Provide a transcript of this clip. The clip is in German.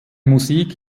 musik